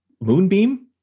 moonbeam